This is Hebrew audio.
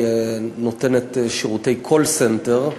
היא נותנת שירותי Call Center,